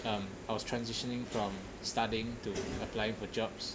um I was transitioning from studying to applying for jobs